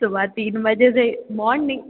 सुबह तीन बजे से मॉर्निंग